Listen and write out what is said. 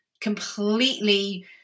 completely